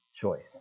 choice